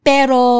Pero